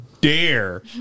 dare